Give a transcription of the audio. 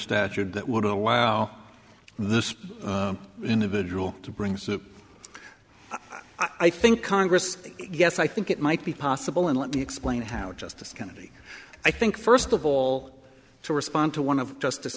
statute that would allow this individual to bring suit i think congress yes i think it might be possible and let me explain how justice kennedy i think first of all to respond to one of justice